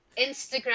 Instagram